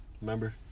Remember